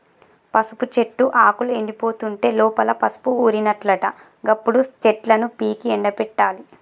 పసుపు చెట్టు ఆకులు ఎండిపోతుంటే లోపల పసుపు ఊరినట్లట గప్పుడు చెట్లను పీకి ఎండపెట్టాలి